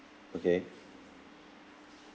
okay